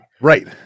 right